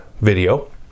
video